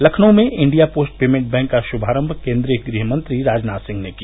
लखनऊ में India post payment bank का श्मारम्भ केन्द्रीय गृह मंत्री राजनाथ सिंह ने किया